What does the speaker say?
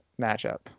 matchup